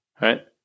right